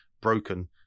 broken